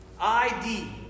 ID